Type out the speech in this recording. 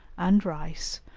and rice,